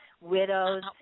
widows